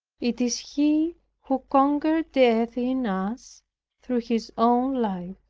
it is he who conquers death in us through his own life.